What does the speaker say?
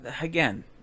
Again